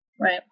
Right